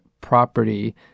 property